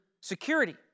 security